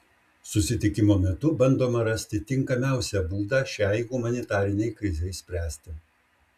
susitikimo metu bandoma rasti tinkamiausią būdą šiai humanitarinei krizei spręsti